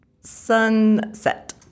sunset